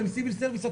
אתם "סיביל סרבנט",